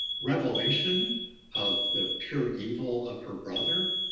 revelation of the pure evil of her brother